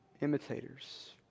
Imitators